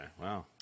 Wow